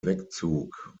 wegzug